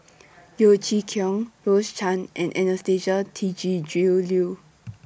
Yeo Chee Kiong Rose Chan and Anastasia Tjendri Liew